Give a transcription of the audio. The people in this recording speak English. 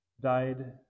died